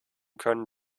können